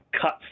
cuts